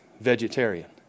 vegetarian